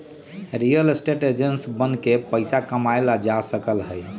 real estate agent बनके पइसा कमाएल जा सकलई ह